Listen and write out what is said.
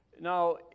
Now